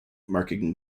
marking